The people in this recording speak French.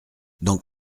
dans